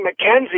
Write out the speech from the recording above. McKenzie